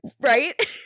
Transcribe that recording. Right